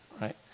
right